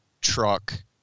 truck